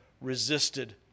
resisted